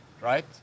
right